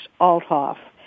Althoff